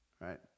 right